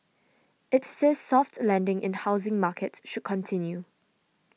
it says soft landing in housing market should continue